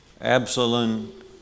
Absalom